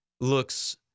looks